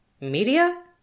Media